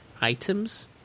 items